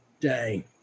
day